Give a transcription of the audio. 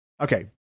Okay